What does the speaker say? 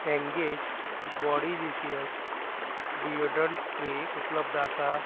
engage Bodylicious deodorant spray उपलब्ध आसा